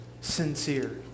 sincere